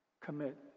commit